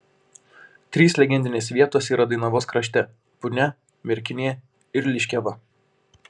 trys legendinės vietos yra dainavos krašte punia merkinė ir liškiava